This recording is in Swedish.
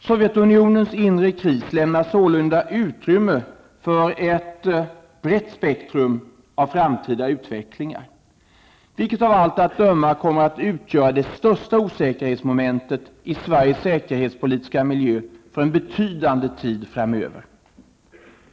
Sojvetunionens inre kris lämnar sålunda utrymme för ett brett spektrum av framtida utvecklingar, vilket av allt att döma kommer att utgöra det största osäkerhetsmomentet i Sveriges säkerhetspolitiska miljö för en betydande tid framöver.